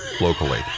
locally